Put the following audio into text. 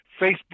Facebook